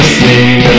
sing